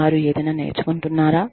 వారు ఏదైనా నేర్చుకుంటున్నారా